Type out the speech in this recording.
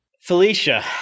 felicia